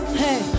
hey